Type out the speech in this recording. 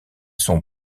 sont